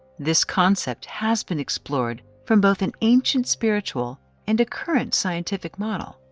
this concept has been explored from both an ancient spiritual and a current scientific model.